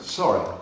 sorry